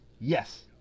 Yes